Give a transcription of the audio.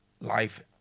life